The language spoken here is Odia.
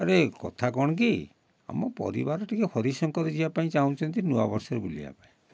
ଆରେ କଥା କ'ଣ କି ଆମ ପରିବାର ଟିକେ ହରି ଶଙ୍କର ଯିବା ପାଇଁ ଚାହୁଁଛନ୍ତି ନୂଆବର୍ଷରେ ବୁଲିବା ପାଇଁ